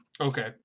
Okay